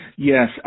Yes